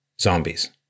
zombies